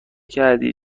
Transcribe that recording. کردی